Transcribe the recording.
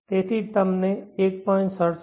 તેથી તમને 1